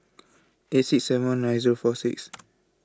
eight six seven one nine Zero four six